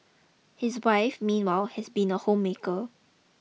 his wife meanwhile has been a home maker